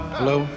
Hello